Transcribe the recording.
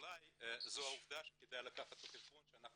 אולי זו עובדה שכדאי לקחת בחשבון שאנחנו